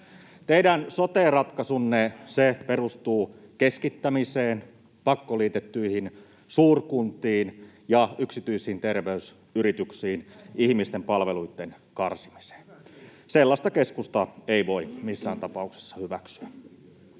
Teidän sote-ratkaisunne perustuu keskittämiseen, pakkoliitettyihin suurkuntiin ja yksityisiin terveysyrityksiin, ihmisten palveluitten karsimiseen. [Aki Lindén: Hyvä tiivistys!] Sellaista keskusta ei voi missään tapauksessa hyväksyä.